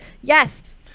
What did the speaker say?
yes